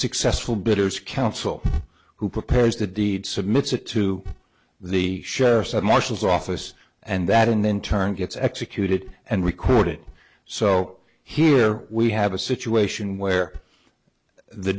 successful bidders council who prepares the deed submit it to the sheriff said marshal's office and that and then turn gets executed and recorded so here we have a situation where the